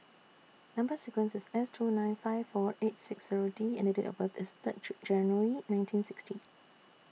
Number sequence IS S two nine five four eight six Zero D and Date of birth IS Third January nineteen sixty